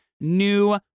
new